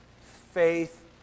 faith